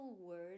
word